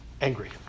angry